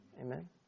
Amen